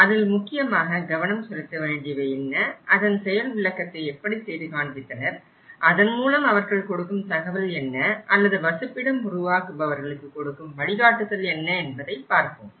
அதில் முக்கியமாக கவனம் செலுத்தவேண்டியவை என்ன அதன் செயல் விளக்கத்தை எப்படி செய்து காண்பித்தனர் அதன்மூலம் அவர்கள் கொடுக்கும் தகவல் என்ன அல்லது வசிப்பிடம் உருவாக்குபவர்ளுக்கு கொடுக்கும் வழிகாட்டுதல் என்ன என்பதை பார்ப்போம்